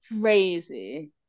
Crazy